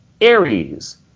Aries